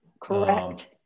Correct